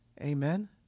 Amen